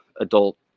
adult